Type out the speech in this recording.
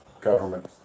government